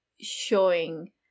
showing